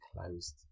closed